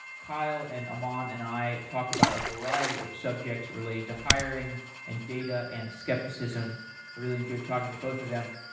kyle, and um ammon, and i talk about a variety of subjects related to hiring and data and skepticism. i really enjoyed talking to both of them.